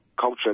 culture